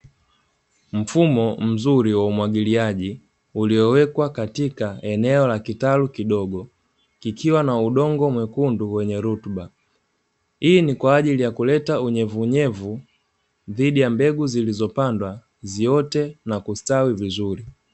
Mfumo mzuri wa umwagiliaji, uliowekwa katika eneo la kitalu kidogo kikiwa na udongo mwekundu wenye rutuba. Hii ni kwa ajili ya kuleta unyevuunyevu dhidi ya mbegu zilizopandwa ziote na kustawi vizuri.